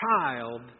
child